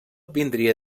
vindria